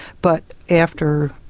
but after.